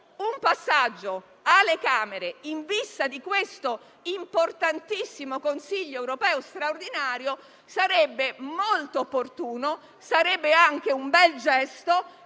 un passaggio alle Camere, in vista di questo importantissimo Consiglio europeo straordinario, sarebbe molto opportuno e sarebbe un bel gesto,